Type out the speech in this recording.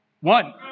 One